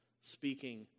speaking